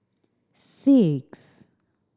six